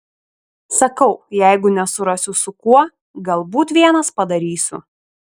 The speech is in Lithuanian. sakau jeigu nesurasiu su kuo galbūt vienas padarysiu